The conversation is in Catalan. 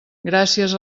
gràcies